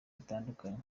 bitandukanye